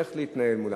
איך להתנהל מולם.